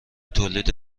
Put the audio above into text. تولید